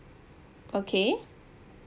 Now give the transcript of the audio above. okay